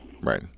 Right